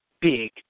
big